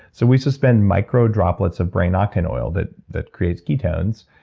so we suspend micro droplets of brain octane oil that that creates ketones,